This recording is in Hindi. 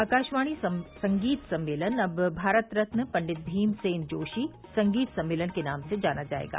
आकाशवाणी संगीत सम्मेलन अब भारत रत्न पंडित भीमसेन जोशी संगीत सम्मेलन के नाम से जाना जाएगा